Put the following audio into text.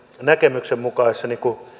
näkemyksen mukaisessa